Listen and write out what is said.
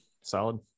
solid